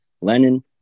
Lenin